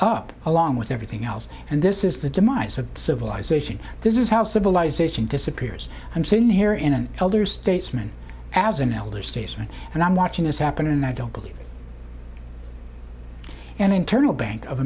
up along with everything else and this is the demise of civilization this is how civilization disappears i'm sitting here in an elder statesman as an elder statesman and i'm watching this happen and i don't believe an internal bank of